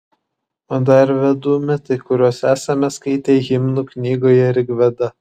o dar vedų mitai kuriuos esame skaitę himnų knygoje rigveda